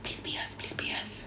please pay us please pay us